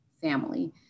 family